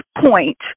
point